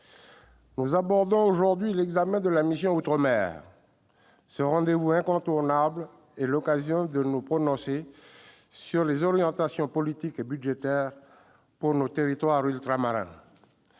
nous examinons ce matin les crédits de la mission « Outre-mer ». Ce rendez-vous incontournable est l'occasion de nous prononcer sur les orientations politiques et budgétaires pour nos territoires ultramarins.